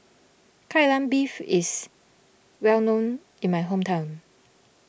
Kai Lan Beef is well known in my hometown